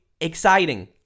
exciting